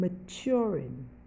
maturing